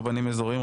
רבנים אזוריים,